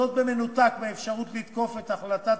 זאת במנותק מאפשרות לתקוף את החלטת